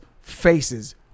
faces